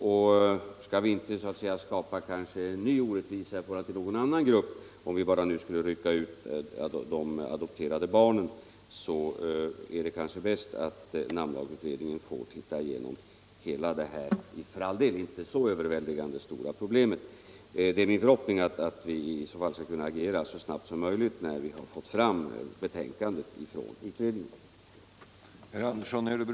För att vi inte skall skapa en ny orättvisa i förhållande till någon annan grupp genom att nu rycka ut bara de adopterade barnen, så är det kanske bäst att namnlagsutredningen får se genom hela detta för all del inte så överväldigande problem. Det är min förhoppning att vi skall kunna reagera så snabbt som möjligt när vi fått betänkandet från utredningen.